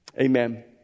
Amen